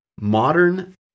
Modern